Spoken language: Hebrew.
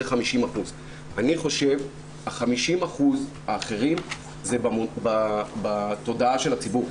זה 50%. אני חושב ש-50% האחרים זה בתודעה של הציבור,